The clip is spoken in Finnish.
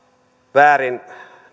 väärin